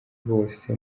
bose